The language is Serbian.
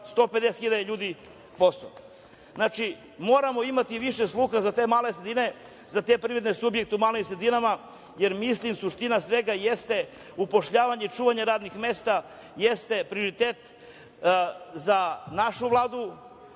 150.000 ljudi posao. Moramo imati više sluha za te male sredine, za te privredne subjekte u malim sredinama. Suština svega jeste zapošljavanje, čuvanje radnih mesta jeste prioritet za našu Vladu,